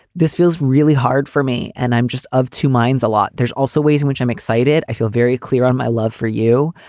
this feels really hard for me. and i'm just of two minds a lot. there's also ways in which i'm excited. i feel very clear on my love for you,